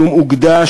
שום אוגדה,